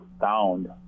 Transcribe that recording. found